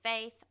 faith